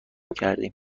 کردیم